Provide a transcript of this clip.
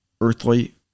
earthly